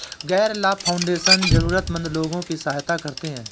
गैर लाभ फाउंडेशन जरूरतमन्द लोगों की सहायता करते हैं